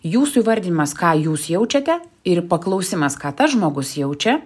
jūsų įvardinimas ką jūs jaučiate ir paklausimas ką tas žmogus jaučia